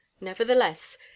Nevertheless